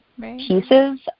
pieces